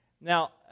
Now